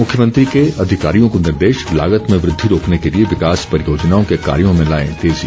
मुख्यमंत्री के अधिकारियों को निर्देश लागत में वृद्धि रोकने के लिए विकास परियोजनाओं के कार्यो में लाएं तेजी